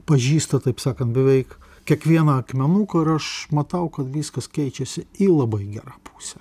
pažįsta taip sakant beveik kiekvieną akmenuką ir aš matau kad viskas keičiasi į labai gerą pusę